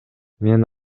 мен